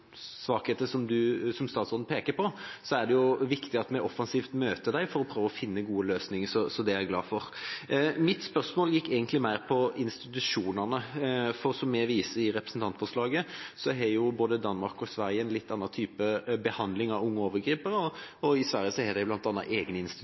svakheter som statsråden peker på, er det viktig at vi offensivt møter dem for å prøve å finne gode løsninger, så det er jeg glad for. Mitt spørsmål gikk egentlig mer på institusjonene. Som vi viser til i representantforslaget, har både Danmark og Sverige en litt annen type behandling av unge overgripere,